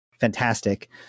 fantastic